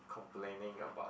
complaining about